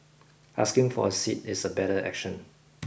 asking for a seat is a better action